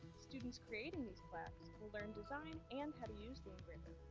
students creating these plaques will learn design and how to use the engraver.